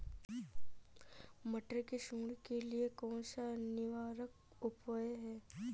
मटर की सुंडी के लिए कौन सा निवारक उपाय है?